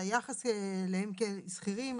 על היחס אליהם כשכירים,